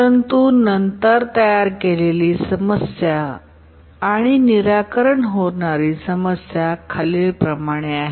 परंतु नंतर तयार केलेली समस्या आणि निराकरण होणारी समस्या खालीलप्रमाणे आहे